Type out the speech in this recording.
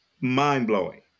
mind-blowing